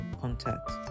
contact